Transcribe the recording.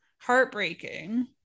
Heartbreaking